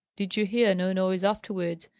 did you hear no noise afterwards?